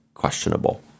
Questionable